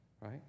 right